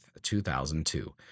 2002